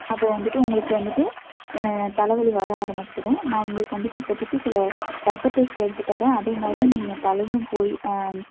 அப்போது வந்துட்டு உங்களுக்கு வந்துட்டு தலை வலி வர ஆரமிச்சுரும் நான் உங்களுக்கு வந்துட்டு இப்போதிக்கு சில ரத்த டெஸ்ட்டு எடுத்து தரேன் அதே மாதிரி நீங்கள் தலையும் போய்